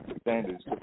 standards